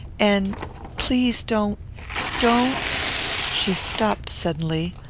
and please don't don't she stopped suddenly,